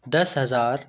दस हज़ार